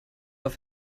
auf